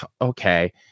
okay